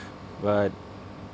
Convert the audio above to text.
but